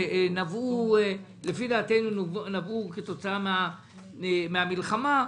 שנבעו לפי דעתנו כתוצאה מהמלחמה,